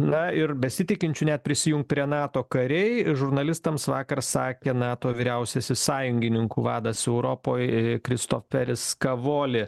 na ir besitikinčių net prisijungt prie nato kariai žurnalistams vakar sakė nato vyriausiasis sąjungininkų vadas europoj e kristoferis kavoli